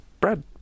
Bread